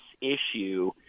issue